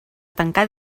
tancar